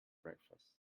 breakfast